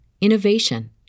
innovation